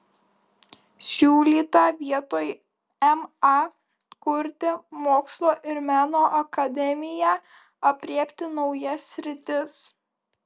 siūlyta vietoj ma kurti mokslo ir meno akademiją aprėpti naujas sritis